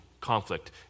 conflict